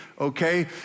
okay